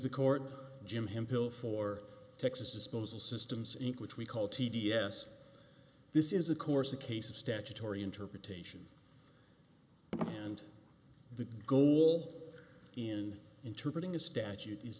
the court jim him bill for texas disposal systems which we call t d s this is of course a case of statutory interpretation and the goal in interpreting a statute